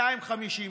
250 איש.